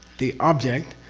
the object.